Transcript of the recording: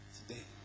today